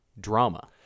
drama